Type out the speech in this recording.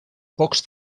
pocs